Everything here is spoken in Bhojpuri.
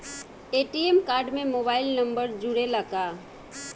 ए.टी.एम कार्ड में मोबाइल नंबर जुरेला का?